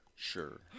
Sure